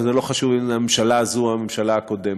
וזה לא חשוב אם זו הממשלה הזאת או הממשלה הקודמת,